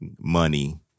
money